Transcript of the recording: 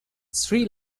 sri